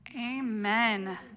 Amen